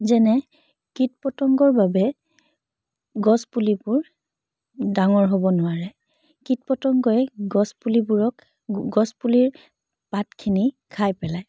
যেনে কীট পতংগৰ বাবে গছ পুলিবোৰ ডাঙৰ হ'ব নোৱাৰে কীট পতংগই গছ পুলিবোৰক গছ পুলিৰ পাতখিনি খাই পেলায়